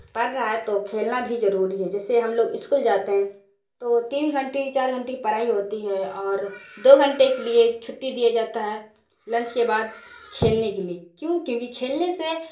پڑھ رہا ہے تو کھیلنا بھی ضروری ہے جیسے ہم لوگ اسکول جاتے ہیں تو تین گھنٹی چار گھنٹی پڑھائی ہوتی ہے اور دو گھنٹے کے لیے چھٹی دیا جاتا ہے لنچ کے بعد کھیلنے کے لیے کیونکہ وہ کھیلنے سے